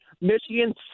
Michigan